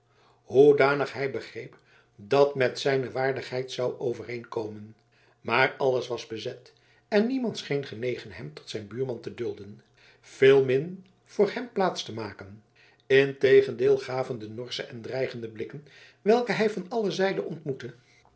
hoedanig hij begreep dat met zijne waardigheid zou overeenkomen maar alles was bezet en niemand scheen genegen hem tot zijn buurman te dulden veelmin voor hem plaats te maken integendeel gaven de norsche en dreigende blikken welke hij van alle zijden ontmoette